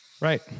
Right